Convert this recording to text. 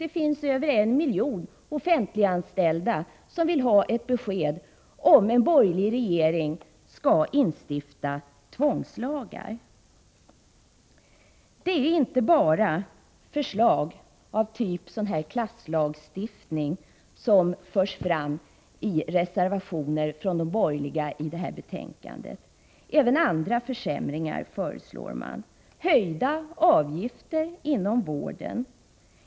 Det finns över en miljon offentliganställda som vill ha besked om huruvida en borgerlig regering kommer att stifta tvångslagar. Det är inte bara förslag av denna typ, som syftar till en klasslagstiftning, som i detta betänkande förs fram i reservationerna från de borgerliga. Även andra försämringar föreslås. Höjda avgifter inom vården är ett exempel.